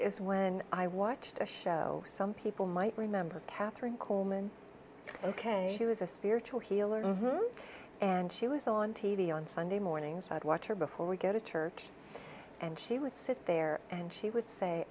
is when i watched a show some people might remember katherine coleman ok she was a spiritual healer and she was on t v on sunday mornings i'd watch her before we go to church and she would sit there and she would say